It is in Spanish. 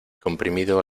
comprimido